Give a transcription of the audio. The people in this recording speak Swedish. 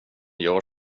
gör